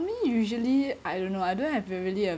for me usually I don't know I don't have really a